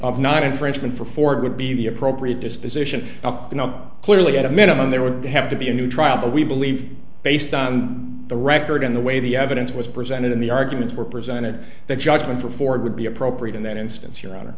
of not infringement for ford would be the appropriate disposition you know clearly at a minimum there would have to be a new trial but we believe based on the record in the way the evidence was presented in the arguments were presented that judgment for ford would be appropriate in that instance your